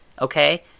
Okay